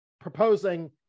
proposing